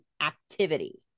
activity